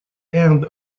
hand